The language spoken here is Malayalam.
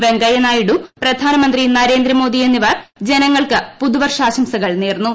വെങ്കയ്യ നായിഡു പ്രധാനമന്ത്രി നരേന്ദ്രമോദി എന്നിവർ ജനങ്ങൾക്ക് പുതുവർഷാശംസകൾ നേർന്നു